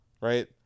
Right